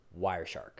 Wireshark